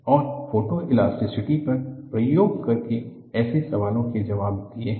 और फोटोइलास्टिसिटी पर प्रयोग करके ऐसे सवालों के जवाब दिए हैं